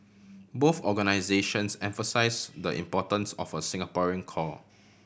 both organisations emphasise the importance of a Singaporean core